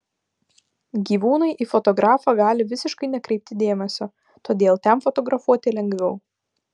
gyvūnai į fotografą gali visiškai nekreipti dėmesio todėl ten fotografuoti lengviau